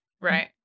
right